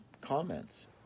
comments